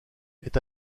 est